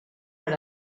per